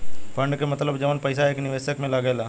fund के मतलब जवन पईसा एक निवेशक में लागेला